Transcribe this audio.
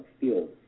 field